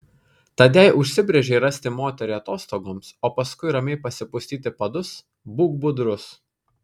tad jei užsibrėžei rasti moterį atostogoms o paskui ramiai pasipustyti padus būk budrus